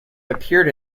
appeared